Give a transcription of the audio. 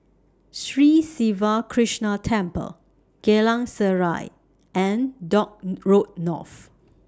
Sri Siva Krishna Temple Geylang Serai and Dock Road North